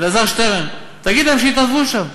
אלעזר שטרן, תגיד להם שיתנדבו שם.